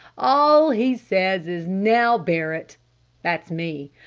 all he says is now barret that's me,